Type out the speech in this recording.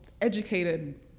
educated